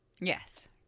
Yes